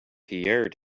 pierre